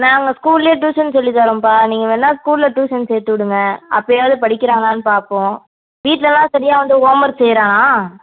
நாங்கள் ஸ்கூலிலே டியூசன் சொல்லித் தர்றோம்பா நீங்கள் வேணால் ஸ்கூலில் டியூசன் சேர்த்து விடுங்க அப்படியாவுது படிக்கிறானானு பார்ப்போம் வீட்லெலாம் சரியாக வந்து ஹோம் ஒர்க் செய்கிறானா